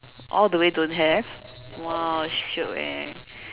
all the way don't have !wow! shiok eh